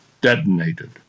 detonated